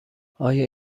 آیا